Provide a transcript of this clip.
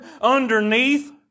underneath